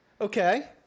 Okay